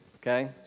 okay